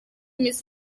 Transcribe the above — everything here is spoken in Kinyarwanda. miss